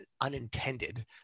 unintended